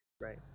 Right